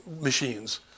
machines